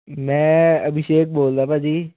ਮੈਂ ਅਭਿਸ਼ੇਕ ਬੋਲਦਾ ਭਾਅ ਜੀ